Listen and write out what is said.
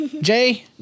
Jay